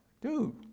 dude